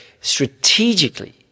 strategically